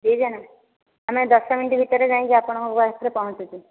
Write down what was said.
ଦୁଇ ଜଣ ଆମେ ଦଶ ମିନିଟ୍ ଭିତରେ ଯାଇକି ଆପଣଙ୍କ ପାଖେରେ ପହଞ୍ଚୁଛୁ